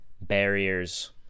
barriers